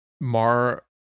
Mar